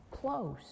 close